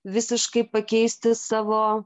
visiškai pakeisti savo